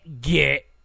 get